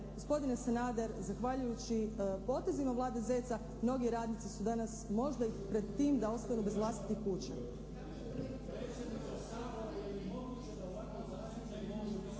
gospodine Sanader zahvaljujući potezima Vlade Zeca mnogi radnici su danas možda i pred tim da ostanu bez vlastitih kuća.